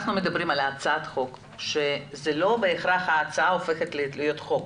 אנחנו מדברים על הצעת חוק שזה לא בהכרח שההצעה הופכת להיות חוק,